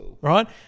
Right